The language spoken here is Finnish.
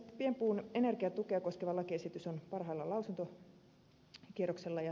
pienpuun energiatukea koskeva lakiesitys on parhaillaan lausuntokierroksella